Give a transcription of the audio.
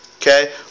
Okay